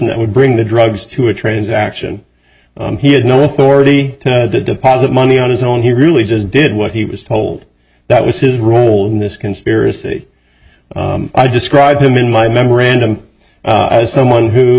that would bring the drugs to a transaction where he had no authority to deposit money on his own he really just did what he was told that was his role in this conspiracy i described him in my memorandum as someone who